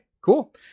cool